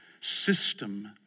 system